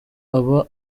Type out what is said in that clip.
aba